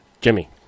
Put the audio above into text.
Jimmy